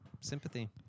sympathy